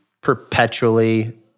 perpetually